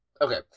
okay